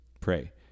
pray